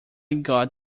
got